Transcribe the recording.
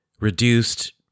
reduced